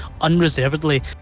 unreservedly